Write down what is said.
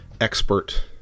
expert